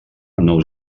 nous